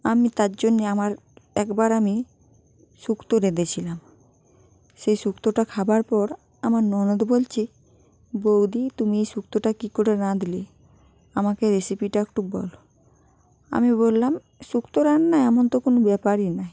আমি তার জন্য আমার একবার আমি শুক্তো রেঁধেছিলাম সেই শুক্তোটা খাবার পর আমার ননদ বলছে বৌদি তুমি এই শুক্তোটা কী করে রাঁধলে আমাকে রেসিপিটা একটু বল আমি বললাম শুক্তো রান্না এমন তো কোনো ব্যাপারই নয়